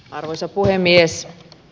arvoisa puhemies